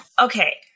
okay